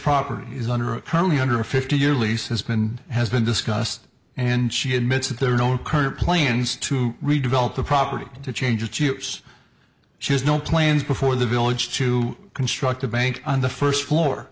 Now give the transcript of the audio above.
property is under currently under a fifty year lease has been has been discussed and she admits that there are no current plans to redevelop the property to change chips she has no plans before the village to construct a bank on the first floor